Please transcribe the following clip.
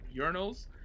urinals